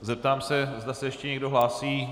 Zeptám se, zda se ještě někdo hlásí.